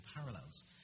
parallels